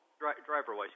Driver-wise